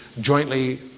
jointly